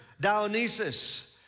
Dionysus